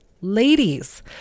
Ladies